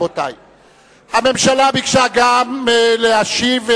הממשלה ביקשה גם להשיב,